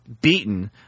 beaten